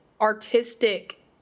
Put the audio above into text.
artistic